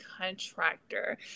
contractor